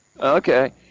Okay